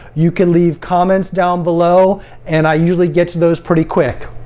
you can leave comments down below and i usually get to those pretty quick.